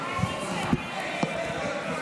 חרבות ברזל) (נקודת זיכוי בעד בן זוג במילואים),